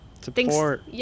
Support